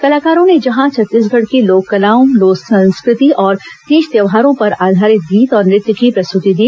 कलाकारों ने जहां छत्तीसगढ़ की लोक कलाओं लोक संस्कृति और तीज त्यौहारों पर आधारित गीत तथा नृत्य की प्रस्तृति दी